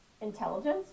Intelligence